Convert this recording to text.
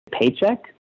paycheck